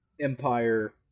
Empire